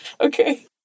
Okay